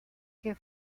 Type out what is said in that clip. que